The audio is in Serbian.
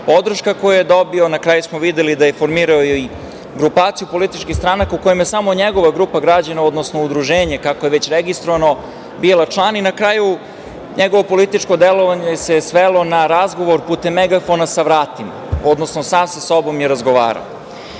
podrška koju je dobio. Na kraju smo videli da je formirao i grupaciju političkih stranaka u kojima je samo njegova grupa građana, odnosno udruženje, kako je već registrovano, bila član. I, na kraju, njegovo političko delovanje se svelo na razgovor putem megafona sa vratima, odnosno sam sa sobom je razgovarao. Upravo